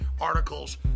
articles